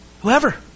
Whoever